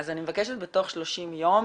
אז אני מבקשת בתוך 30 יום